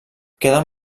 queden